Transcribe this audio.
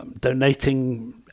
donating